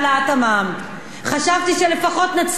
חשבתי שלפחות נצליח להעלות את המע"מ או